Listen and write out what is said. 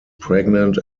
pregnant